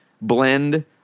blend